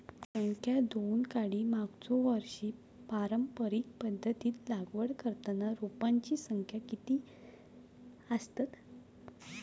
संख्या दोन काडी मागचो वर्षी पारंपरिक पध्दतीत लागवड करताना रोपांची संख्या किती आसतत?